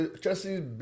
Chelsea